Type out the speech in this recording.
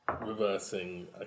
reversing